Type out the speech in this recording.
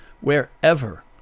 wherever